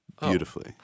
Beautifully